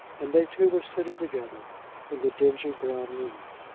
and they two were sitting together in the dingy brown room.